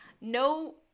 No